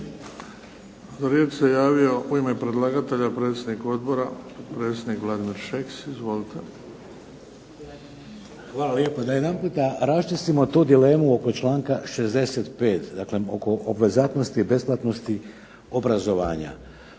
Hvala lijepo. Da jedanput raščistimo tu dilemo oko članka 65. dakle oko obvezatnosti i besplatnosti obrazovanja.